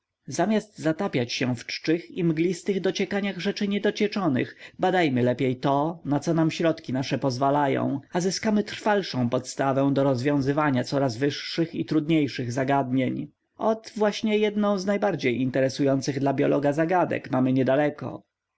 zamiast zatapiać się w czczych i mglistych dociekaniach rzeczy niedocieczonych badajmy lepiej to na co nam środki nasze pozwalają a zyskamy trwalszą podstawę do rozwiązywania coraz wyższych i trudniejszych zagadnień ot właśnie jednę z najbardziej interesujących dla biologa zagadek mamy niedaleko